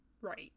Right